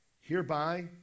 hereby